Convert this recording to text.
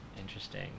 Interesting